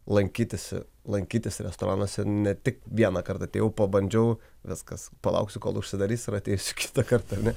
lankytis lankytis restoranuose ne tik vienąkart atėjau pabandžiau viskas palauksiu kol užsidarys ir ateisiu kitą kartą